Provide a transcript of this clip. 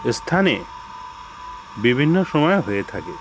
স্থানে বিভিন্ন সময়ে হয়ে থাকে